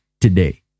today